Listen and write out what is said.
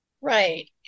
Right